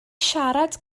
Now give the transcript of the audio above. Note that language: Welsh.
siarad